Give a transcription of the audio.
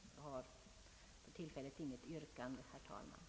Jag har för tillfället intet yrkande, herr talman.